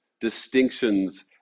distinctions